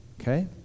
Okay